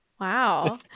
wow